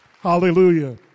Hallelujah